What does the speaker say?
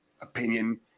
opinion